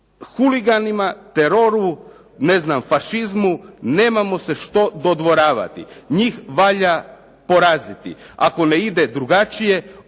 Huliganima, teroru, ne znam fašizmu nemamo se što dodvoravati. Njih valja poraziti. Ako ne ide drugačije,